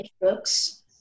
books